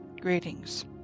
Greetings